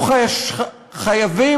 עם חברת הכנסת תמר זנדברג.